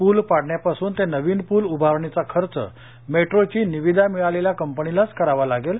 पूल पाडण्यापासून ते नवीन पूल उभारणीचा खर्च मेट्रोची निविदा मिळालेल्या कंपनीलाच करावा लागेल